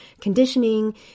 conditioning